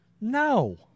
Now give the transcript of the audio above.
no